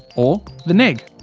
or the neg.